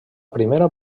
primera